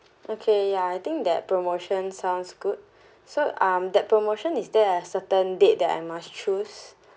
okay ya I think that promotion sounds good so um that promotion is there a certain date that I must choose